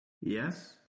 Yes